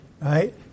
Right